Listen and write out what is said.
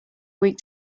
week